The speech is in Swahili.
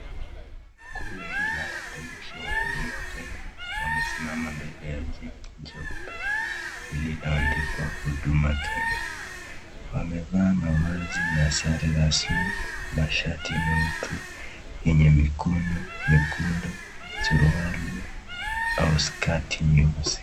Kundi la watumishi wa Huduma Kenya, wamesimama mbele ya jengo jeupe lililo andikwa Huduma Kenya. Wamevaa mavazi za sare rasmi mashati meupe yenye mikono mekundu, suruali au sketi nyeusi.